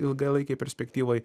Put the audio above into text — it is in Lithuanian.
ilgalaikėj perspektyvoj